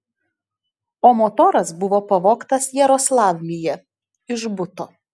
o motoras buvo pavogtas jaroslavlyje iš buto